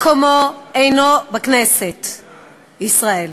מקומו אינו בכנסת ישראל.